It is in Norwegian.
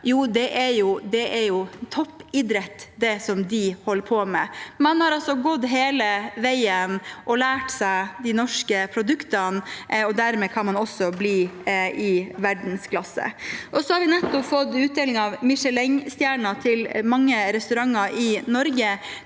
det er toppidrett de holder på med. Man har gått hele veien og lært seg de norske produktene, og dermed kan man også bli i verdensklasse. Vi har nettopp fått utdeling av Michelin-stjerner til mange restauranter i Norge.